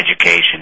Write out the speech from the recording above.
education